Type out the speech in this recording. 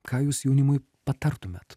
ką jūs jaunimui patartumėt